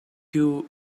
queue